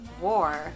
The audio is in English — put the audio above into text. war